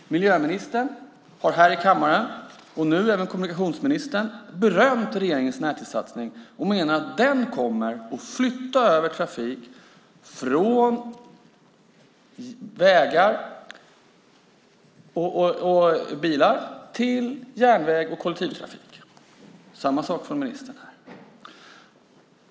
Miljöministern och nu även kommunikationsministern har här i kammaren berömt regeringens närtidssatsning och menar att den kommer att flytta över trafik från vägar och bilar till järnväg och kollektivtrafik.